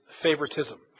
favoritism